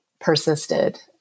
persisted